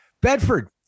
Bedford